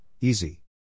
easy